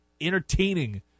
entertaining